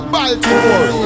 Baltimore